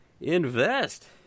invest